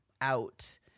out